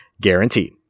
guaranteed